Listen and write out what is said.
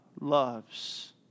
loves